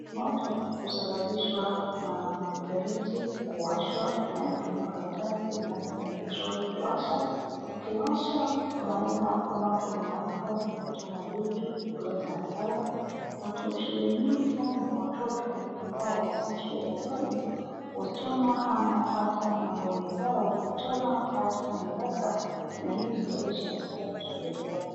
Moto husabababishwa na viberiti kuwashwa, unaeza tumia karatasi, unaeza tumia petroli kuwasha, ukiwasha unaweza moto unawaka na kuchoma vitu kuleta hasara, shule nyingi sana watoto ambao wanasoma shule za bweni, huchoma ama hata mabweni zao, huchoma hata madarasa, na hiyo husababisha hasara kwa shule zao.